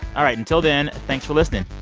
all right. until then thanks for listening